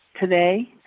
Today